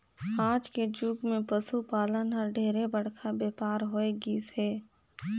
आज के जुग मे पसु पालन हर ढेरे बड़का बेपार हो होय गईस हे